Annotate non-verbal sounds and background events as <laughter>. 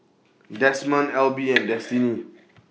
Demond Elby <noise> and Destinee